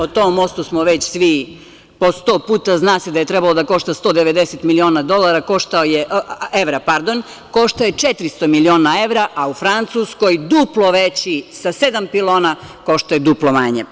O tom mostu smo već svi po sto puta, zna se da je trebao da košta 190 miliona evra, koštao je 400 miliona evra, a u Francuskoj duplo veći sa sedam pilona koštao je duplo manje.